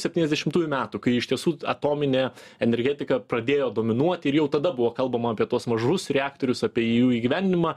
septyniasdešimtųjų metų kai iš tiesų atominė energetika pradėjo dominuoti ir jau tada buvo kalbama apie tuos mažus reaktorius apie jų įgyvendinimą